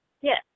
Yes